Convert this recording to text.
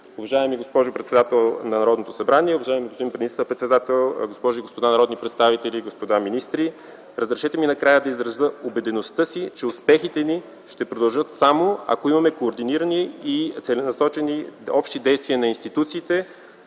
Уважаема госпожо председател на Народното събрание, уважаеми господин министър-председател, госпожи и господа народни представители, господа министри! Разрешете ми накрая да изразя убедеността си, че успехите ни ще продължат, само ако имаме координирани и целенасочени общи действия на институциите,